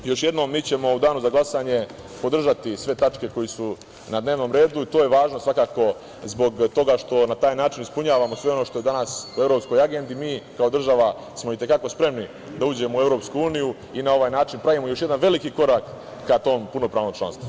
Još jednom, mi ćemo u danu za glasanje podržati sve tačke koje su na dnevnom redu, to je važno svakako zbog toga što na taj način ispunjavamo sve ono što danas u evropskoj agendi mi kao država smo i te kako spremni da uđemo u Evropsku uniju i na ovaj način pravimo još jedan veliki korak ka tom punopravnom članstvu.